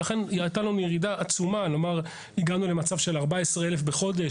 ולכן הייתה לנו ירידה עצומה הגענו למצב של 14,000 דרכונים בחודש.